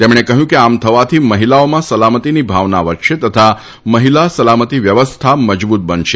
તેમણે કહ્યું કે આમ થવાથી મહિલીઓમાં સલામતીની ભાવના વધશે તથા મહિલા સલામતી વ્યવસ્થા મજબૂત બનશે